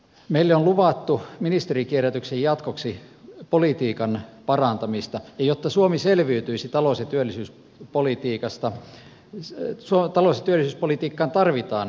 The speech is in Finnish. meille on luvattu ministerikierrätyksen jatkoksi politiikan parantamista ja jotta suomi selviytyisi talous ja työllisyyspolitiikkaan tarvitaan suunnanmuutos